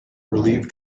relieve